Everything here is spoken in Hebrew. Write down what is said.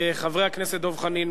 חברי הכנסת דב חנין,